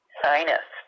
sinus